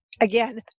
again